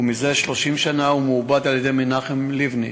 ומזה 30 שנה הוא מעובד על-ידי מנחם לבני,